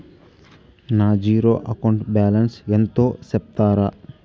నా zero account balance ఎంతో సెప్తారా?